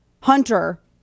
hunter